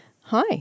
Hi